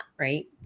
right